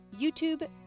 YouTube